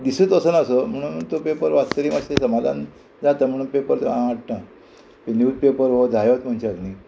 दिसूच वचना असो म्हणून तो पेपर वाचतरी मातशें समाधान जाता म्हणून पेपर हांव हाडटा न्यूज पेपर हो जायोच मनशाक न्ही